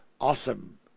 awesome